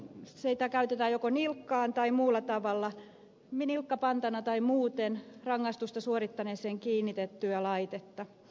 siinä käytetään joko nilkkapantaa tai rangaistusta suorittaneeseen muuten kiinnitettyä laitetta